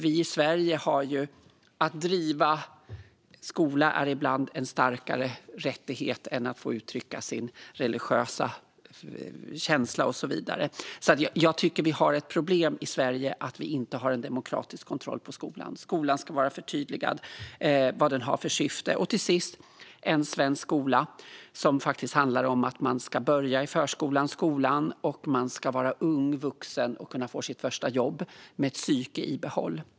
Vi i Sverige har att driva tanken att skolan ibland är en starkare rättighet än att få uttrycka sin religiösa känsla och så vidare. Jag tycker att vi har ett problem i Sverige i och med att vi inte har en demokratisk kontroll av skolan. Det ska vara tydligt vad skolan har för syfte. Till sist: I svensk skola ska man börja i förskolan och skolan. Man ska bli en ung vuxen och kunna få sitt första jobb med ett psyke i behåll.